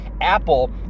Apple